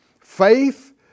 faith